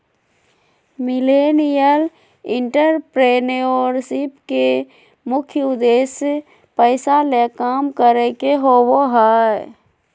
millennial entrepreneurship के मुख्य उद्देश्य पैसा ले काम करे के होबो हय